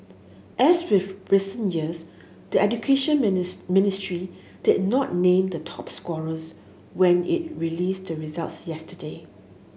as with recent years the Education Ministry did not name the top scorers when it released the results yesterday